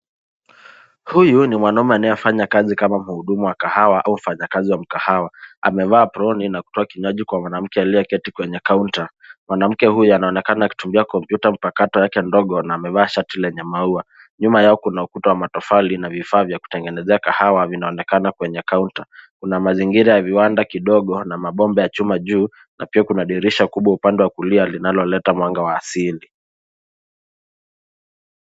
Huyu ni mwanaume anayefanya kazi kama mhudumu wa kahawa au mfanyakazi wa mkahawa. Amevaa aproni na kutoa kinywaji kwa mwanamke aliyeketi kwenye kaunta. Mwanamke huyu anaonekana akitumia kompyuta mpakato yake ndogo, na amevaa shati lenye maua. Nyuma yao kuna ukuta wa matofali, na vifaa vya kutengenezea kahawa, vinaonekana kwenye kaunta. Kuna mazingira ya viwanda kidogo, na mabomba ya chuma juu, na pia kuna dirisha kubwa upande wa kulia, linaloleta mwanga wa asili.